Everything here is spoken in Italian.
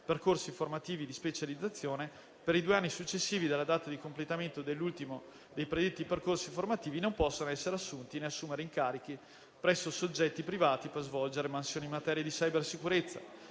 percorsi formativi di specializzazione, per i due anni successivi alla data di completamento dell'ultimo dei predetti percorsi formativi non possano essere assunti, né assumere incarichi, presso soggetti privati per svolgere mansioni in materia di cybersicurezza.